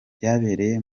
byabereye